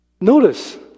Notice